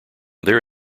there